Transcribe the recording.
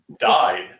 died